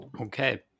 Okay